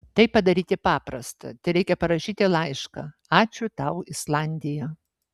tai padaryti paprasta tereikia parašyti laišką ačiū tau islandija